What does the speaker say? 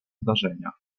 zdarzenia